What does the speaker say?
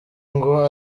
ngo